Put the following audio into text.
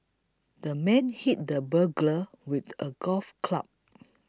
the man hit the burglar with a golf club